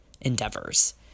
endeavors